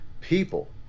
people